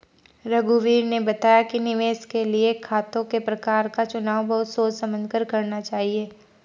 रघुवीर ने बताया कि निवेश के लिए खातों के प्रकार का चुनाव बहुत सोच समझ कर करना चाहिए